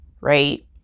right